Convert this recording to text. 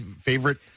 favorite